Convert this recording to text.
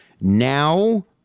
now